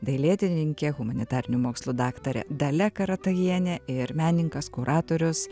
dailėtyrininkė humanitarinių mokslų daktarė dalia karatajienė ir menininkas kuratorius